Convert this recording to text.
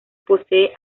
posee